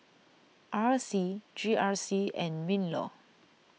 R C G R C and MinLaw